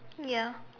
ya